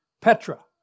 Petra